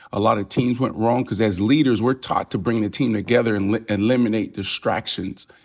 a lot of teams went wrong. cause as leaders, we're taught to bring the team together, and eliminate distractions.